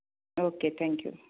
okay thank you